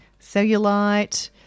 cellulite